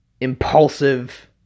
impulsive